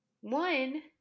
one